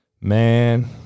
Man